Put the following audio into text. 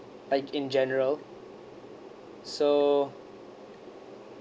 like in general so